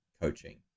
coaching